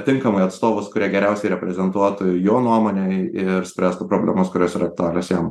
tinkamai atstovus kurie geriausiai reprezentuotų jo nuomonę ir spręstų problemas kurios yra aktualios jam